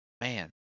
Man